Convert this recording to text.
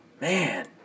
Man